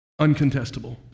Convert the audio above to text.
uncontestable